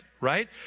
right